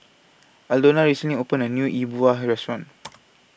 Aldona recently opened A New E Bua Restaurant